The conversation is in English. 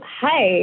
hi